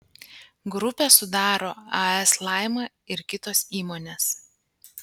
grupę sudaro as laima ir kitos įmonės